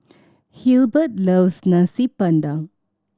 Hilbert loves Nasi Padang